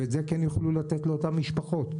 ואת זה כן יוכלו לתת לאותן משפחות.